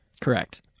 Correct